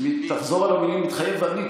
תחזור על המילים "מתחייב אני",